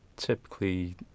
typically